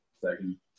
second